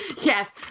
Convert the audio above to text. Yes